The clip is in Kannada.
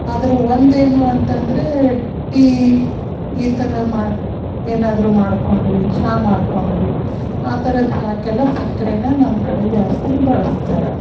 ಆದರೂ ಒಂದು ಏನು ಅಂತಂದರೆ ಟೀ ಈ ಥರ ಮಾಡಿ ಏನಾದರೂ ಮಾಡಿಕೊಂಡ್ವಿ ಚಾ ಮಾಡಿಕೊಂಡ್ವಿ ಆ ಥರ ಚಾಕೆಲ್ಲ ಸಕ್ಕರೆನ ನಮ್ಮ ಕಡೆ ಜಾಸ್ತಿ ಬಳ್ಸ್ತಾರೆ